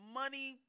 money